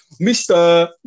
Mr